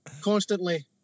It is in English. Constantly